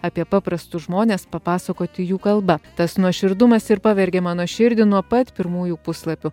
apie paprastus žmones papasakoti jų kalba tas nuoširdumas ir pavergė mano širdį nuo pat pirmųjų puslapių